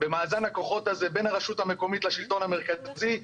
במאזן הכוחות הזה בין הרשות המקומית לשלטון המרכזי.